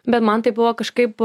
bet man tai buvo kažkaip